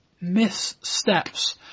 missteps